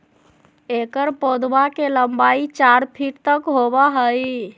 एकर पौधवा के लंबाई चार फीट तक होबा हई